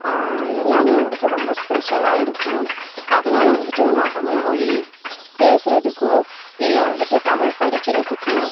எல்லாமே வந்துட்டு ரொம்ப ஸ்பெஷலாக இருக்கும் அதனால வந்துட்டு நான் தமிழ் மொழி பேசுவதுக்கோ இல்லை வந்துட்டு தமிழ் படிக்கிறதுக்கோ